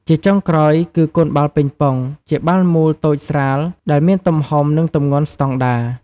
ជាចុងក្រោយគឺ កូនបាល់ប៉េងប៉ុង ជាបាល់មូលតូចស្រាល ដែលមានទំហំ និងទម្ងន់ស្តង់ដារ។